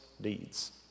deeds